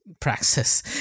praxis